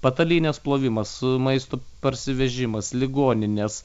patalynės plovimas maisto parsivežimas ligoninės